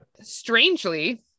Strangely